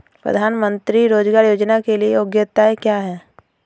प्रधानमंत्री रोज़गार योजना के लिए योग्यता क्या है?